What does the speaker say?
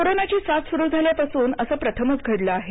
कोरोनाची साथ सुरू झाल्यापासून असं प्रथमच घडलं आहे